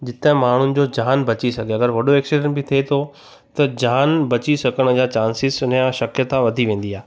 जिते माण्हुनि जो जान बची सघे अगरि वॾो एक्सीडेंट बि थिए थो त जान बची सघण जा चांसिस उन जा शकियता वधी वेंदी आहे